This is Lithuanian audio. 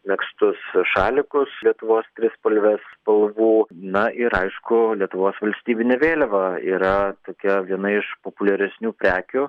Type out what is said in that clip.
megztus šalikus lietuvos trispalvės spalvų na ir aišku lietuvos valstybinė vėliava yra tokia viena iš populiaresnių prekių